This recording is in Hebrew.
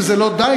שזה לא די,